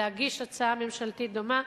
להגיש הצעה ממשלתית דומה?